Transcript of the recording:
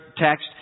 text